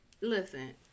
Listen